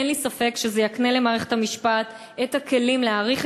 אין לי ספק שזה יקנה למערכת המשפט את הכלים להארכת